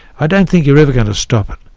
i don't think you're ever going to stop it.